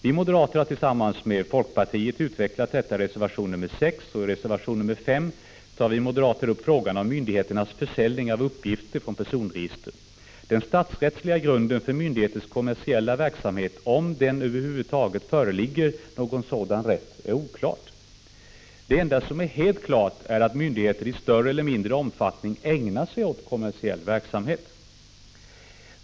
Vi moderater har tillsammans med folkpartiet utvecklat detta i reservation nr 6, och i reservation nr 5 tar vi moderater upp frågan om myndigheternas försäljning av uppgifter från personregister. Den statsrättsliga grunden för myndigheters kommersiella verksamhet, om det över huvud taget föreligger någon sådan rätt, är oklar. Det enda som är helt klart är att myndigheter i större eller mindre omfattning ägnar sig åt kommersiell verksamhet.